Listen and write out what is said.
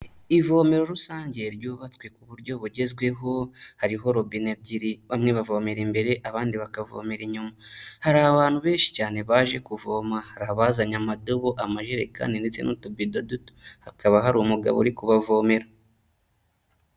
Ivomero rusange ryubatswe ku buryo bugezweho, hariho robine ebyiri bamwe bavomera imbere abandi bakavomera inyuma, hari abantu benshi cyane baje kuvoma, hari abazanye amadobo, amajerekani ndetse n'utubido duto, hakaba hari umugabo uri kubavomera.